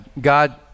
God